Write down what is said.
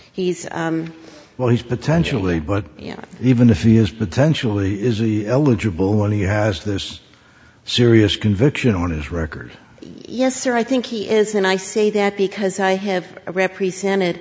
he's well he's potentially but even if he is potentially izzie eligible when he has this serious conviction on his record yes sir i think he is and i say that because i have represented